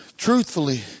Truthfully